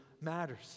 matters